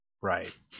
Right